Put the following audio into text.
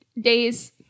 days